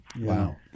Wow